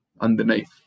underneath